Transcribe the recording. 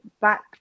back